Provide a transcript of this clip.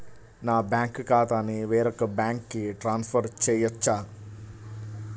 నా బ్యాంక్ ఖాతాని వేరొక బ్యాంక్కి ట్రాన్స్ఫర్ చేయొచ్చా?